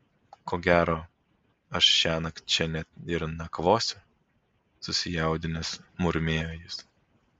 ko gero aš šiąnakt čia net ir nakvosiu susijaudinęs murmėjo jis